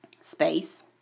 space